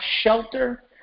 shelter